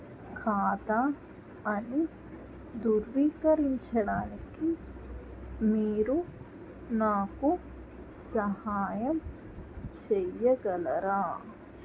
కాదా అని ధృవీకరించడానికి మీరు నాకు సహాయం చెయ్యగలరా